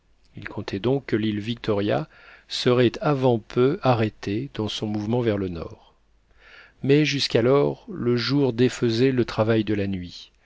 il comptait donc que l'île victoria serait avant peu arrêtée dans son mouvement vers le nord mais jusqu'alors le jour défaisait le travail de la nuit